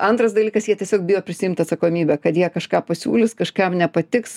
antras dalykas jie tiesiog bijo prisiimt atsakomybę kad jie kažką pasiūlys kažkam nepatiks